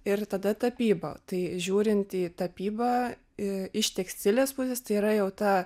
ir tada tapyba tai žiūrint į tapybą iš tekstilės pusės tai yra jau ta